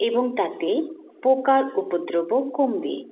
এবং তাতে পোকার উপদ্রবও কমবে